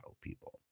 people